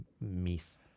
miss